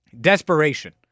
Desperation